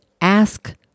ask